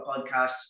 podcasts